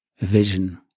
vision